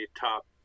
top